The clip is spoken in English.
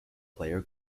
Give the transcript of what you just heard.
player